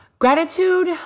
Gratitude